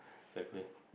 exactly